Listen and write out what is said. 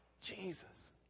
Jesus